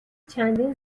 چندین